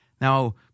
Now